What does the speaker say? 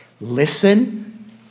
listen